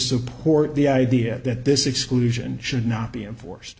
support the idea that this exclusion should not be enforced